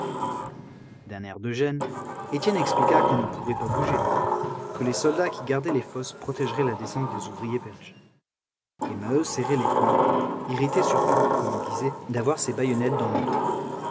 air de gêne étienne expliqua qu'on ne pourrait pas bouger que les soldats qui gardaient les fosses protégeraient la descente des ouvriers belges et maheu serrait les poings irrité surtout comme il disait d'avoir ces baïonnettes dans le dos